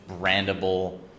brandable